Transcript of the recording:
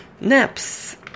Naps